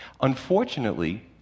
unfortunately